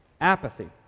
apathy